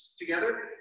together